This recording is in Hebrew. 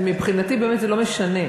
מבחינתי באמת זה לא משנה.